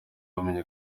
bamenye